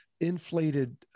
inflated